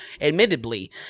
admittedly